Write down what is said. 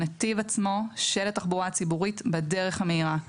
הנתיב עצמו של התחבורה הציבורית בדרך המהירה.